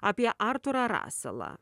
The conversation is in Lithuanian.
apie artūrą raselą